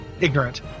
ignorant